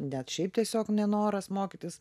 ne šiaip tiesiog nenoras mokytis